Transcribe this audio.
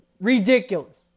ridiculous